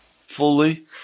fully